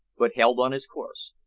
but held on his course.